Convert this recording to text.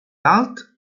dalt